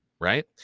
Right